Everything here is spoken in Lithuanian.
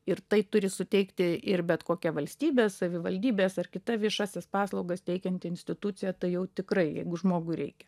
ir tai turi suteikti ir bet kokia valstybės savivaldybės ar kita viešąsias paslaugas teikianti institucija tai jau tikrai jeigu žmogui reikia